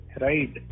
right